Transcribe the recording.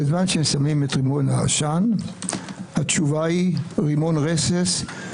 בזמן ששמים את רימון העשן התשובה היא רימון רסס.